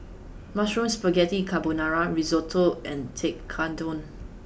Mushroom Spaghetti Carbonara Risotto and Tekkadon